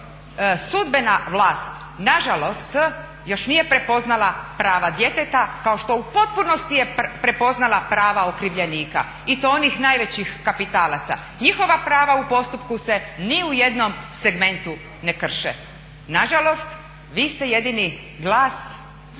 sudbena vlast na žalost još nije prepoznala prava djeteta kao što u potpunosti je prepoznala prava okrivljenika i to onih najvećih kapitalaca. Njihova prava u postupku se ni u jednom segmentu ne krše. Na žalost, vi ste jedini glas